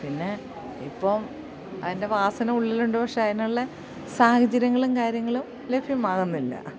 പിന്നെ ഇപ്പം അതിൻ്റെ വാസന ഉള്ളിലുണ്ട് പക്ഷേ അതിനുള്ള സാഹചര്യങ്ങളും കാര്യങ്ങളും ലഭ്യമാകുന്നില്ല